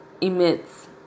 emits